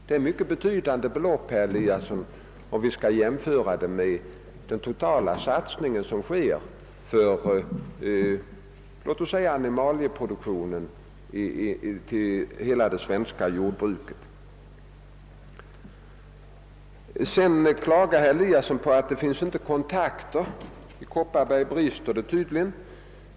Det är ett mycket betydande belopp, herr Eliasson, jämfört med den totala satsningen för exempelvis animalieproduktionen i hela det svenska jordbruket. Herr Eliasson klagar över att det inte förekommer kontakter. I Kopparbergs län brister det tydligen.